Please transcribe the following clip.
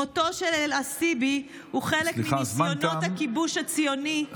מותו של אלעסיבי הוא חלק מניסיונות הכיבוש הציוני לתאר סליחה,